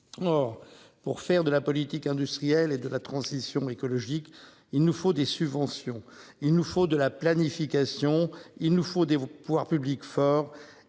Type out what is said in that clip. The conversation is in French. Or pour faire de la politique industrielle et de la transition écologique. Il nous faut des subventions. Il nous faut de la planification, il nous faut des pouvoirs publics fort